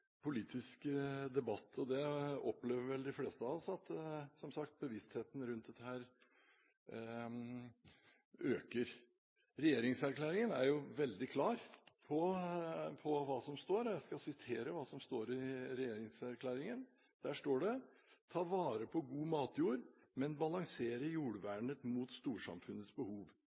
debatt, og de fleste av oss opplever vel som sagt at bevisstheten rundt dette øker. Regjeringserklæringen er veldig klar, der står det: «Ta vare på god matjord, men balansere jordvernet mot storsamfunnets behov. Regjeringen vil foreta en gjennomgang av leiejordsproblematikken og agronomien i norsk landbruk med tanke på bedre avkastning på